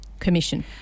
Commission